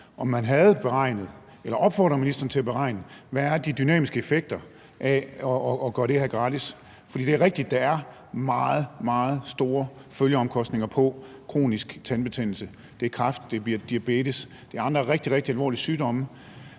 det her opfordrede jeg jo ministeren til at beregne, hvad de dynamiske effekter er af at gøre det her gratis, for det er rigtigt, at der er meget, meget store følgeomkostninger til kronisk tandkødsbetændelse – det er kræft, det er diabetes, det er andre rigtig, rigtig alvorlige sygdomme.